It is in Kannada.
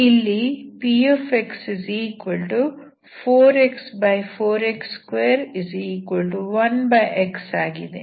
ಇಲ್ಲಿ px4x4x21x ಆಗಿದೆ